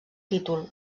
títol